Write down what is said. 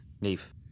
Neve